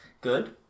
Good